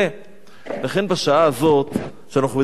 לכן, בשעה הזאת, שאנחנו מדברים על מדרכות,